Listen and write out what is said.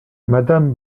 madame